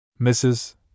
Mrs